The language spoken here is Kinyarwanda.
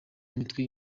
imitwe